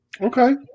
okay